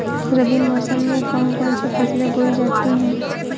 रबी मौसम में कौन कौन सी फसलें बोई जाती हैं?